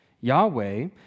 Yahweh